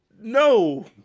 No